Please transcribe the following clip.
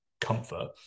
comfort